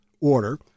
order